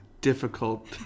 difficult